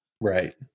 Right